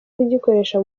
kugikoresha